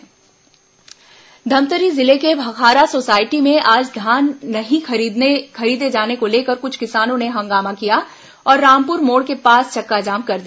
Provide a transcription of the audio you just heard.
धान खरीदी चक्काजाम धमतरी जिले के भखारा सोसाइटी में आज धान नहीं खरीदे जाने को लेकर कुछ किसानों ने हंगामा किया और रामपुर मोड़ के पास चक्काजाम कर दिया